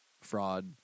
Fraud